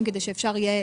יצחק,